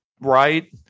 right